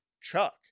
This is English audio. Chuck